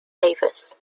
davis